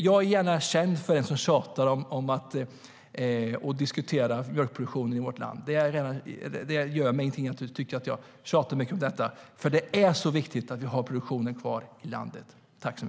Jag är gärna känd som den som tjatar om och diskuterar mjölkproduktion i vårt land. Det gör mig ingenting att du tycker att jag tjatar mycket om detta. Det är så viktigt att vi har produktionen kvar i landet.